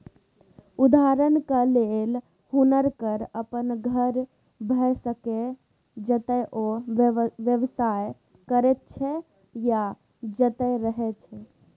उदहारणक लेल हुनकर अपन घर भए सकैए जतय ओ व्यवसाय करैत छै या जतय रहय छै